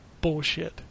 bullshit